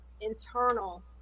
internal